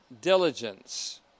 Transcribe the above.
diligence